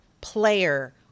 player